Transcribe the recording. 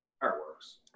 Fireworks